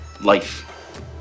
life